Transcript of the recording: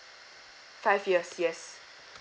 five years yes